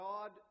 God